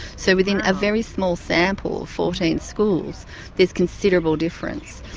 so within a very small sample of fourteen schools there's considerable difference.